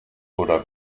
oder